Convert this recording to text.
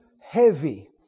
heavy